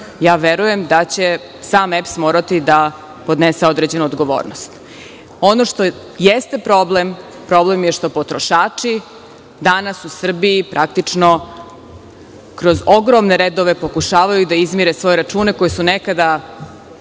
verujem da će sam EPS morati da podnese određenu odgovornost. Ono što jeste problem, problem je što potrošači danas u Srbiji praktično kroz ogromne redove pokušavaju da izmire svoje račune, koji su nekada